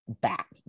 back